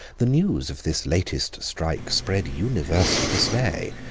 the news of this latest strike spread universal dismay.